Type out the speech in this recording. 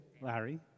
Larry